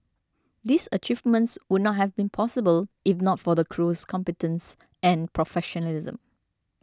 these achievements would not have been possible if not for the crew's competence and professionalism